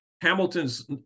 Hamilton's